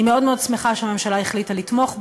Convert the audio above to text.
אני מאוד מאוד שמחה שהממשלה החליטה לתמוך בהצעה,